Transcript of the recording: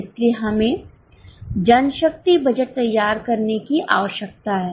इसलिए हमें जनशक्ति बजट तैयार करने की आवश्यकता है